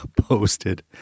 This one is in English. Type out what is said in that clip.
posted